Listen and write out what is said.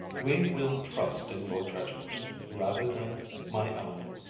we will trust in your judgment rather than my own.